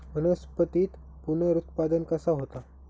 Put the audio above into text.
वनस्पतीत पुनरुत्पादन कसा होता?